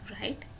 right